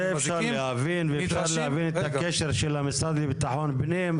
זה אפשר להבין ואפשר להבין את הקשר של המשרד לביטחון הפנים.